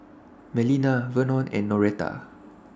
Melina Vernon and Noretta